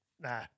Nah